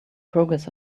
progress